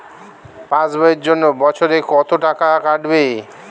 Pass বইয়ের জন্য বছরে কত টাকা কাটবে?